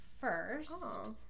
first